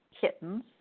kittens